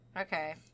Okay